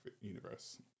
Universe